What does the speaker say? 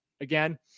again